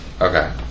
Okay